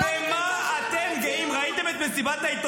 אתם איבדתם קשר